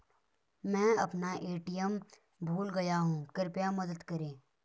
मैं अपना ए.टी.एम भूल गया हूँ, कृपया मदद करें